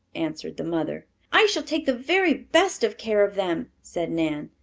answered the mother. i shall take the very best of care of them, said nan,